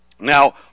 Now